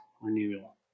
renewal